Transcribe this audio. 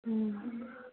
ꯎꯝ